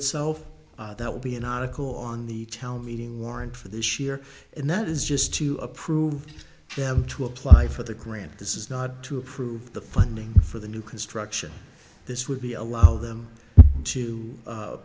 itself that will be an article on the town meeting warrant for this year and that is just to approve them to apply for the grant this is not to approve the funding for the new construction this would be allow them to